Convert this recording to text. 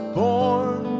born